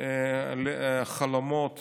חלומות